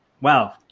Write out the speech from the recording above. wow